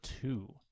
two